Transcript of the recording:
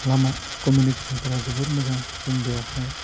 लामा कमिनिकेसनफ्रा जोबोद मोजां जों बेवहाय